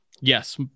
yes